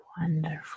wonderful